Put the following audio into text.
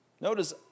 Notice